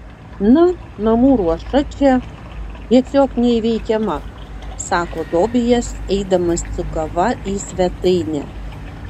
na namų ruoša čia tiesiog neįveikiama sako tobijas eidamas su kava į svetainę